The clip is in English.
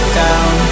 down